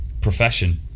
profession